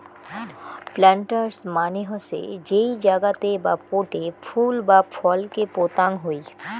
planters মানে হসে যেই জাগাতে বা পোটে ফুল বা ফল কে পোতাং হই